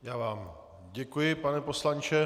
Já vám děkuji, pane poslanče.